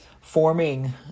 forming